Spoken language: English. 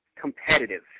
competitive